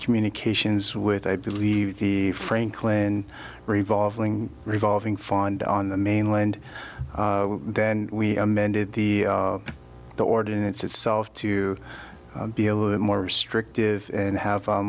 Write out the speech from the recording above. communications with i believe the franklin revolving revolving find on the mainland then we amended the ordinance itself to be a little bit more restrictive and have